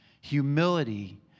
humility